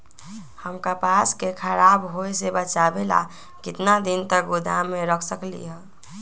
हम कपास के खराब होए से बचाबे ला कितना दिन तक गोदाम में रख सकली ह?